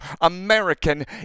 American